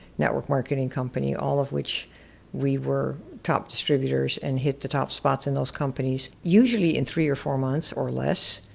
network marketing company, all of which we were top distributors and hit the top spots in those companies, usually in three or four months, or less,